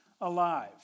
alive